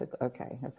okay